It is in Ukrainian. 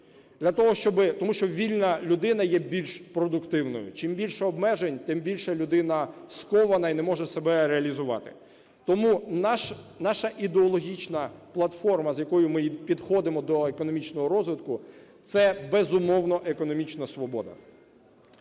тому що вільна людина є більш продуктивною. Чим більше обмежень, тим більше людина скована і не може себе реалізувати. Тому наша ідеологічна платформа, з якою ми підходимо до економічного розвитку, – це, безумовно, економічна свобода.